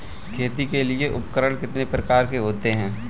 खेती के लिए उपकरण कितने प्रकार के होते हैं?